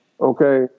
Okay